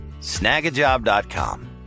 Snagajob.com